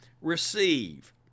receive